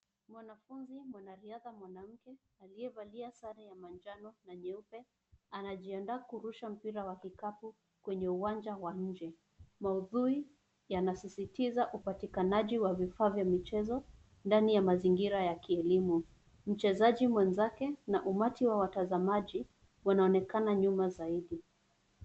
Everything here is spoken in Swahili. Mwanafunzi mwanariadha mwanamke aliyevalia sare ya manjano na nyeupe, anajiandaa kurusha mpira wa kikapu kwenye uwanja wa nje. Maudhui yanasisitiza upatikananji wa vifaa vya michezo, ndani ya mazingira ya kielimu. Mchezaji mwenzake na umati wa watazamaji wanaonekana nyuma zaidi.